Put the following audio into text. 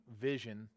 vision